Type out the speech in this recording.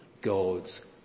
God's